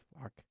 fuck